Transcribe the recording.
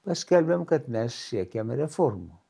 mes skelbėm kad mes siekėm reformų